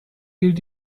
gilt